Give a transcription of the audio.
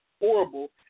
horrible